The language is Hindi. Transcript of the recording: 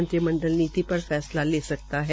मंत्रिमंडल नीीत पर फैसला ले सकता है